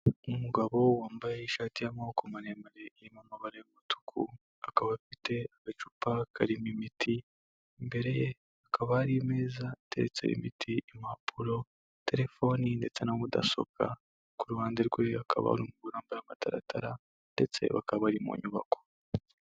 Umugabo wambaye ishati y'amaboko maremare irimo amabara y’umutuku akaba afite agacupa karimo imiti imbere ye hakaba hari imeza iteretseho imiti ,impapuro telefoni ndetse na mudasobwa ,ku ruhande rwe akaba hari umuntu wambaye amataratara ndetse bakaba bari mu nyubako.